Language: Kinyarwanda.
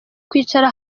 kwicara